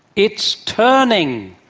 it's turning!